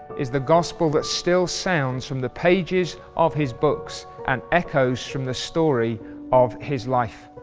is the gospel that still sounds from the pages of his books, and echoes from the story of his life.